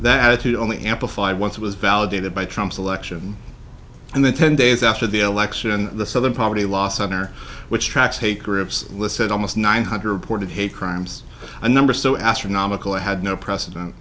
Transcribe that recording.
it only amplified once it was validated by trump selection and then ten days after the election the southern poverty law center which tracks hate groups listed almost nine hundred pointed hate crimes a number so astronomical i had no precedent